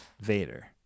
Vader